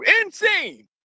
Insane